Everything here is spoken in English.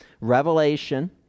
Revelation